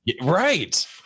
right